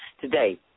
Today